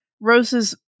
rose's